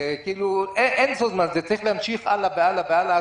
זה צריך להמשיך הלאה והלאה והלאה,